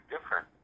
different